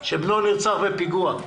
שבנו נרצח בפיגוע.